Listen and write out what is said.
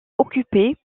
occupé